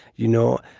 you know.